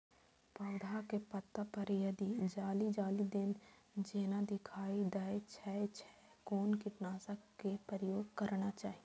पोधा के पत्ता पर यदि जाली जाली जेना दिखाई दै छै छै कोन कीटनाशक के प्रयोग करना चाही?